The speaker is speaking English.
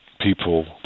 people